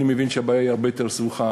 אני מבין שהבעיה היא הרבה יותר סבוכה.